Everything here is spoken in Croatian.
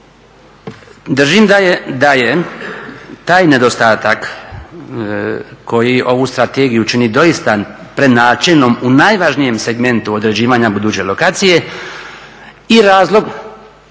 Držim da je taj nedostatak koji ovu strategiju čini doista prenačelnom u najvažnijem segmentu određivanja buduće lokacije i razlog